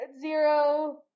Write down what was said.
zero